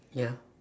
ya